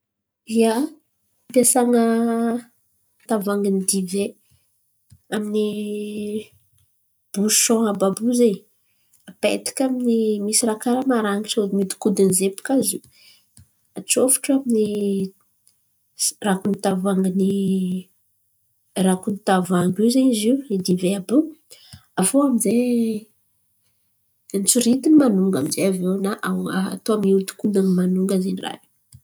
Ia, ampiasan̈a tavoanginy divay amin’ny bosoa àby àby io zen̈y, apetaka amin’ny misy raha karà marinitry mihodikodin̈y àby zai baka zio. Atrôfôtrô amin’ny rakon’ny tavoangin’ny rakon’ny tavoangy io zen̈y zo idivay àby io. Aviô amizay antsoritin̈y manonga aminjay aviô na atao mihodikodin̈y manonga zen̈y raha io.